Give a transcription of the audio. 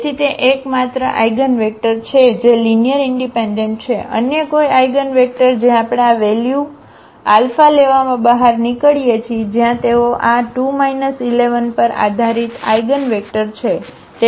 તેથી તે એકમાત્ર આઇગનવેક્ટર છે જે લીનીઅરઇનડિપેન્ડન્ટ છે અન્ય કોઈ આઇગનવેક્ટર જે આપણે આ વેલ્યુ અલ્ફા લેવામાં બહાર નીકળીએ છીએ જ્યાં તેઓ આ 2 1 1 પર આધારીત આઇગનવેક્ટર છે